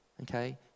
Okay